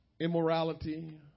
immorality